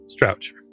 Strouch